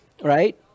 right